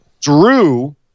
Drew